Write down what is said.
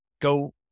go